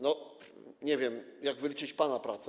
Nie wiem, jak wyliczyć pana pracę.